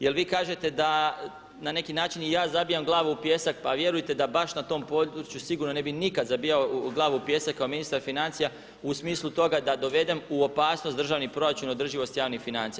Jer vi kažete da na neki način i ja zabijam glavu u pijesak, pa vjerujte da baš na tom području sigurno ne bi nikada zabijao glavu u pijesak kao ministar financija u smislu toga da dovedem u opasnost državni proračun, održivost javnih financija.